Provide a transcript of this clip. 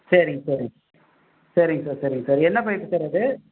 சரிங்க சரிங்க சரிங்க சார் சரிங்க சார் என்ன பைப்பு சார் அது